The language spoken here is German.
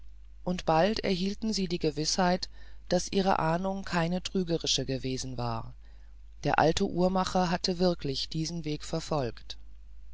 und bald erhielten sie die gewißheit daß ihre ahnung keine trügerische gewesen war der alte uhrmacher hatte wirklich diesen weg verfolgt